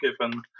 given